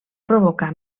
provocà